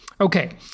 Okay